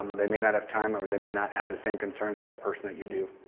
um they may not have time or they may not have the same concern for that person that you do,